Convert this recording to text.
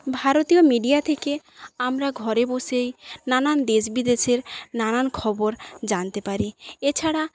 ভারতীয় মিডিয়া থেকে আমরা ঘরে বসেই নানান দেশ বিদেশের নানান খবর জানতে পারি এছাড়া